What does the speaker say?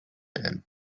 and